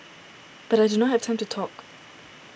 but I do not have time to talk